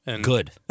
Good